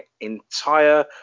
entire